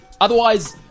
otherwise